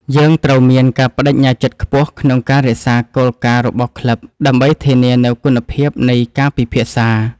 យើងត្រូវមានការប្តេជ្ញាចិត្តខ្ពស់ក្នុងការរក្សាគោលការណ៍របស់ក្លឹប ដើម្បីធានានូវគុណភាពនៃការពិភាក្សា។